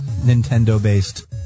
Nintendo-based